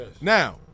Now